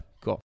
cool